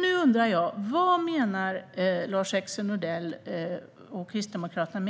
Nu undrar jag: Vad menar Lars-Axel Nordell och Kristdemokraterna